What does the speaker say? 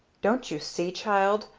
don't you see, child,